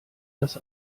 das